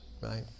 right